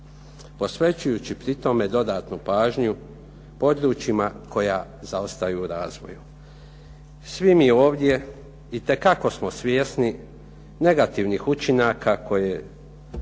Posvećujući pri tome dodatnu pažnju područjima koja zaostaju u razvoju. Svi mi ovdje itekako smo svjesni negativnih učinaka koje